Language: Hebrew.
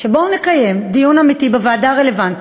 בואו נקיים דיון אמיתי בוועדה הרלוונטית,